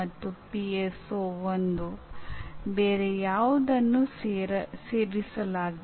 ದುರದೃಷ್ಟವಶಾತ್ ನಮ್ಮ ಪ್ರಸ್ತುತ ಅಭ್ಯಾಸಗಳಲ್ಲಿ ಕಲಿಯುವವರಿಗೆ ಸಕ್ರಿಯವಾಗಿ ಮತ್ತು ಪ್ರತಿಫಲಿತವಾಗಿ ತೊಡಗಿಸಿಕೊಳ್ಳಲು ನಾವು ಸಾಕಷ್ಟು ಅವಕಾಶವನ್ನು ನೀಡುವುದಿಲ್ಲ